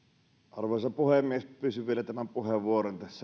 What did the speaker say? arvoisa puhemies pyysin vielä tämän puheenvuoron